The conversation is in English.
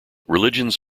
religions